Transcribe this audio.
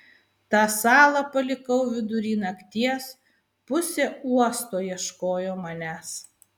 tą salą palikau vidury nakties pusė uosto ieškojo manęs